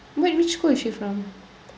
which which school is she from